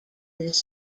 this